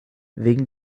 wegen